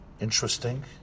Interesting